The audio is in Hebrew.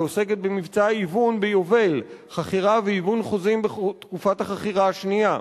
שעוסקת במבצע היוון ביובל חכירה והיוון חוזים בתקופת החכירה השנייה,